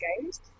games